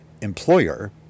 employer